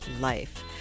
life